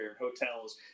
hotels